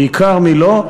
בעיקר מי לא,